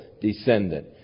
descendant